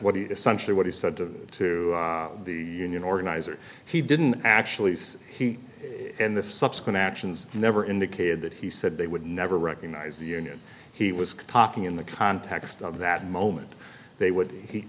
essentially what he said to to the union organizer he didn't actually say he and the subsequent actions never indicated that he said they would never recognize the union he was talking in the context of that moment they would